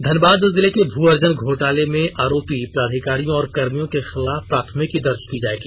धनबाद जिले के भू अर्जन घोटाले में आरोपी पदाधिकारियों और कर्मियों के खिलाफ प्राथमिकी दर्ज की जाएगी